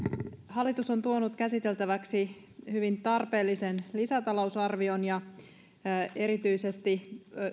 hallitus on tuonut käsiteltäväksi hyvin tarpeellisen lisätalousarvion erityisesti